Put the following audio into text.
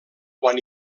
quan